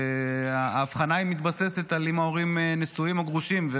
וההבחנה מתבססת על אם ההורים נשואים או גרושים.